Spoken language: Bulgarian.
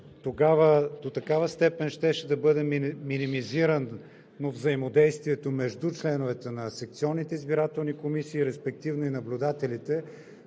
Тогава до такава степен щеше да бъде минимизирано взаимодействието между членовете на секционните избирателни комисии, респективно и наблюдателите,